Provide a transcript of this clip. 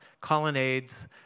colonnades